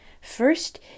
First